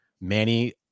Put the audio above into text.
Manny